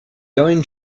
going